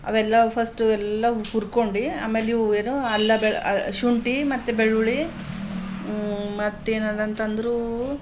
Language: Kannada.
ಅವೆಲ್ಲ ಫಸ್ಟ್ ಎಲ್ಲ ಹುರ್ಕೊಂಡು ಆಮೇಲೆ ಇವು ಏನು ಅಲ್ಲ ಬೆ ಶುಂಠಿ ಮತ್ತು ಬೆಳ್ಳುಳ್ಳಿ ಮತ್ತೇನದಂತಂದ್ರೆ